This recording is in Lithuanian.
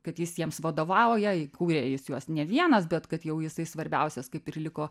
kad jis jiems vadovauja įkūrė jis juos ne vienas bet kad jau jisai svarbiausias kaip ir liko